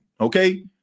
okay